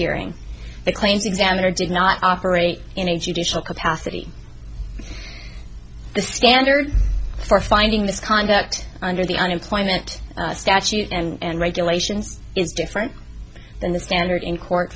hearing the claims examiner did not operate in a judicial capacity the standard for finding misconduct under the unemployment statute and regulations is different than the standard in court